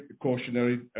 cautionary